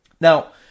Now